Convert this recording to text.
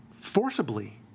forcibly